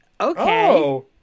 Okay